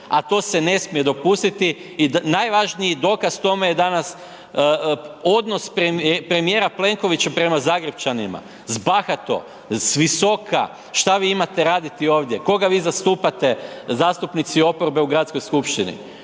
a to se ne smije dopustiti i najvažniji dokaz tome je danas odnos premijera Plenkovića prema Zagrepčanima, bahato, s visoka, šta vi imate raditi ovdje, koga vi zastupate zastupnici oporbe u Gradskoj skupštini.